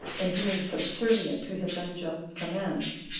in being subservient to his unjust commands,